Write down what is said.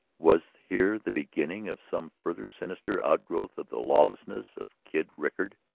was here the beginning of some further sinister outgrowth of the lawlessness of kid rickard?